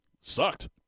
Sucked